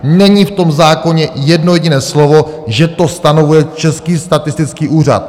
Není v tom zákoně jedno jediné slovo, že to stanovuje Český statistický úřad.